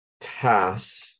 tasks